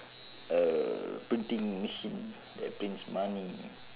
a printing machine that prints money